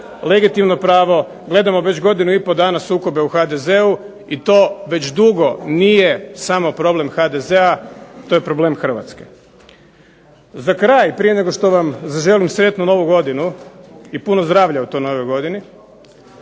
legitimno pravo gledamo već godinu i po dana sukobe u HDZ-u, i to već dugo nije samo problem HDZ-a, to je problem Hrvatske. Za kraj prije nego što vam zaželim sretnu Novu godinu i puno zdravlja u toj novoj godini,